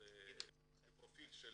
--- בפרופיל של